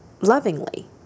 lovingly